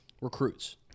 recruits